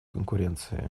конкуренции